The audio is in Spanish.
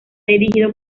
dirigido